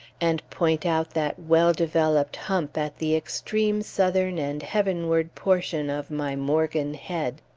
and point out that well-developed hump at the extreme southern and heavenward portion of my morgan head.